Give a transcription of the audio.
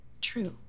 True